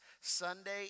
Sunday